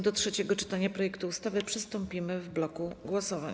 Do trzeciego czytania projektu ustawy przystąpimy w bloku głosowań.